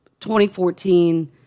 2014